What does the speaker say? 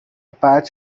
patch